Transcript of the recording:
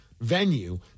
venue